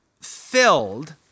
filled